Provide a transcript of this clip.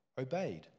obeyed